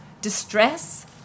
distress